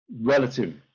relative